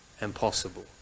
impossible